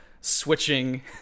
switching